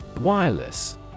Wireless